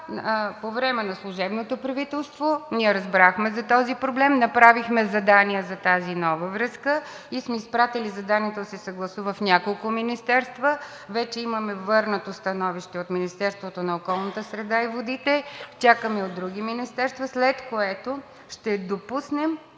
По време на служебното правителство ние разбрахме за този проблем. Направихме задание за тази нова връзка и сме изпратили заданието да се съгласува от няколко министерства. Вече имаме върнато становище от Министерството на околната среда и водите, чакаме и от други министерства, след което ще допуснем